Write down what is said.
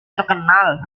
terkenal